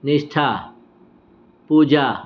નિષ્ઠા પૂજા